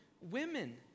women